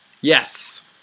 Yes